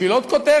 בשביל עוד כותרת?